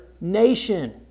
nation